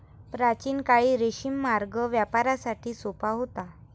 प्राचीन काळी रेशीम मार्ग व्यापारासाठी सोपा होता